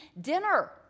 dinner